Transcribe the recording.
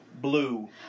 blue